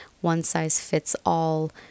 one-size-fits-all